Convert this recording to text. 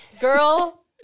girl